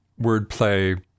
wordplay